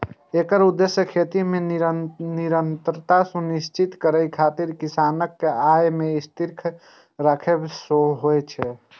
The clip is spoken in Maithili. एकर उद्देश्य खेती मे निरंतरता सुनिश्चित करै खातिर किसानक आय कें स्थिर राखब सेहो छै